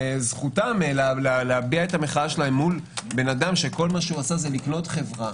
וזכותם להביע את המחאה שלהם מול אדם שכל מה שהוא עשה זה לקנות חברה.